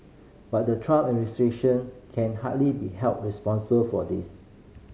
but the Trump administration can hardly be held responsible for this